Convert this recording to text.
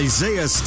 Isaiah